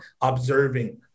observing